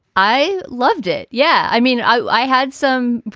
i loved it. yeah. i mean, i had some,